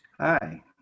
Hi